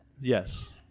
Yes